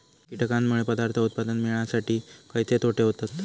कीटकांनमुळे पदार्थ उत्पादन मिळासाठी खयचे तोटे होतत?